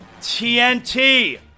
TNT